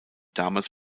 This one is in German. damals